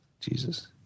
Jesus